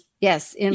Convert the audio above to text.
Yes